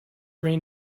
rain